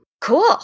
Cool